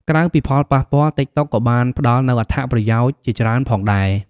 ក្រៅពីផលប៉ះពាល់ តិកតុកក៏បានផ្ដល់នូវអត្ថប្រយោជន៍ជាច្រើនផងដែរ។